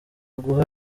guha